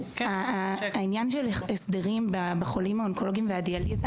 העניין של הסדרים לגבי חולים האונקולוגים והדיאליזה